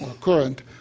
current